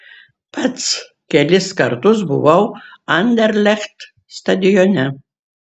pats kelis kartus buvau anderlecht stadione